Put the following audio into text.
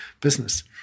business